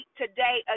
today